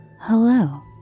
Hello